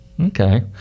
Okay